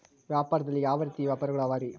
ವ್ಯಾಪಾರದಲ್ಲಿ ಯಾವ ರೇತಿ ವ್ಯಾಪಾರಗಳು ಅವರಿ?